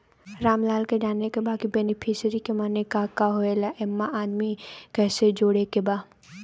रामलाल के जाने के बा की बेनिफिसरी के माने का का होए ला एमे आदमी कैसे जोड़े के बा?